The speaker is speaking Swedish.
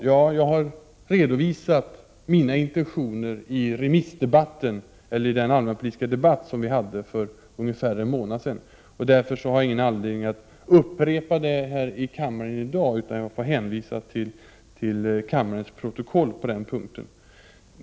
Jag har redovisat mina intentioner i den allmänpolitiska debatt som vi hade för ungefär en månad sedan. Därför har jag ingen anledning att upprepa det här i kammaren i dag, utan jag får hänvisa till kammarens protokoll på den punkten.